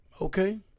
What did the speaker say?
okay